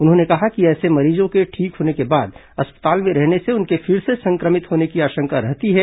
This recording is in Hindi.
उन्होंने कहा कि ऐसे मरीजों के ठीक होने के बाद अस्पताल में रहने से उनके फिर से संक्रमित होने की आशंका रहती है